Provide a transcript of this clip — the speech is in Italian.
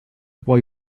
puoi